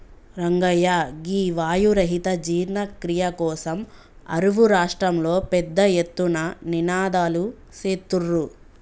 రంగయ్య గీ వాయు రహిత జీర్ణ క్రియ కోసం అరువు రాష్ట్రంలో పెద్ద ఎత్తున నినాదలు సేత్తుర్రు